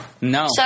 No